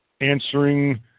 answering